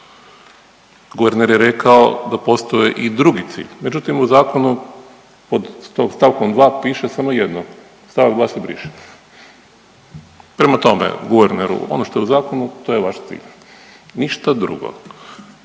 Guverner je rekao da postoji i drugi cilj, međutim u zakonu pod st. 2. piše samo jedno, st. 2. se briše. Prema tome guverneru ono što je u zakonu to je vaš cilj, ništa drugo.